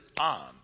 on